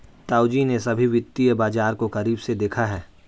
ताऊजी ने सभी वित्तीय बाजार को करीब से देखा है